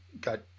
got